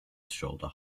shoulder